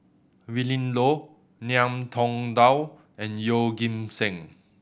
Willin Low Ngiam Tong Dow and Yeoh Ghim Seng